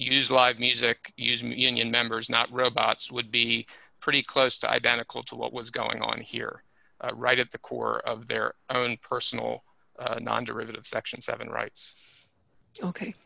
use live music using union members not robots would be pretty close to identical to what was going on here right at the core of their own personal non derivative section seven rights ok